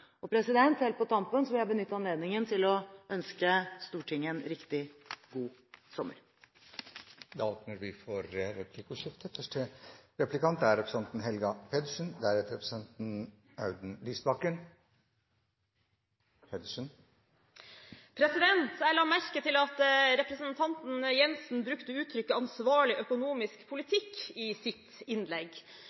Helt på tampen vil jeg benytte anledningen til å ønske Stortinget en riktig god sommer. Det blir replikkordskifte. Jeg la merke til at representanten Jensen brukte uttrykket «ansvarlig økonomisk politikk» i sitt innlegg. I Dagens Næringsliv i går kunne vi lese at